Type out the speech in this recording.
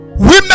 Women